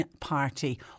Party